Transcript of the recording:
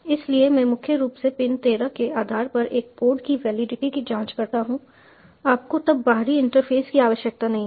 इसलिए मैं मुख्य रूप से पिन 13 के आधार पर एक कोड की वैलिडिटी की जांच करता हूं आपको तब बाहरी इंटरफेस की आवश्यकता नहीं होगी